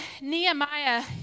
Nehemiah